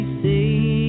say